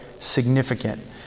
significant